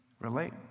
relate